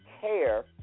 care